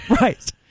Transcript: Right